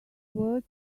words